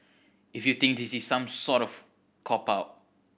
if you think this is some sort of cop out